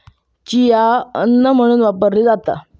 chia अन्न म्हणून वापरली जाता